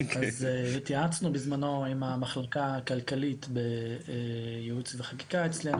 אז התייעצנו בזמנו עם המחלקה הכלכלית בייעוץ וחקיקה אצלנו,